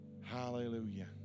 Hallelujah